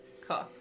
Cool